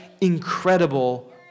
incredible